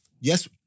yes